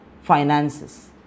finances